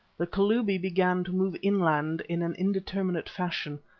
the kalubi began to move inland in an indeterminate fashion,